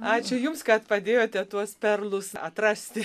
ačiū jums kad padėjote tuos perlus atrasti